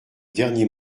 dernier